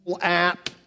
app